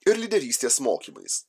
ir lyderystės mokymais